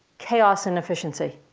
chaos and efficiency.